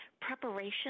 preparation